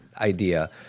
idea